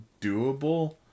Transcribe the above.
doable